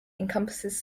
encompasses